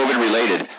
COVID-related